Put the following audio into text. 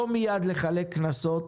לא מייד לחלק קנסות,